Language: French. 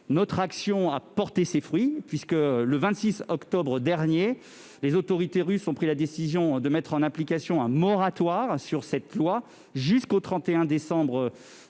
Notre action a porté ses fruits, puisque, le 26 octobre dernier, les autorités russes ont pris la décision d'appliquer un moratoire sur cette loi jusqu'au 31 décembre